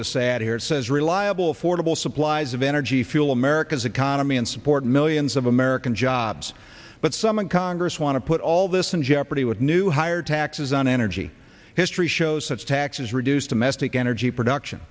this ad here it says reliable affordable supplies of energy fuel america's economy and support millions of american jobs but some in congress want to put all this in jeopardy with new higher taxes on energy history shows such taxes reduce domestic energy production